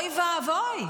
אוי ואבוי.